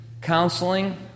counseling